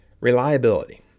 Reliability